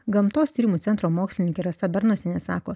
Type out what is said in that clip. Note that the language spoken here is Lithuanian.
gamtos tyrimų centro mokslininkė rasa bernotienė sako